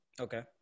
Okay